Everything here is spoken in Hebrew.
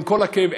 עם כל הכאב,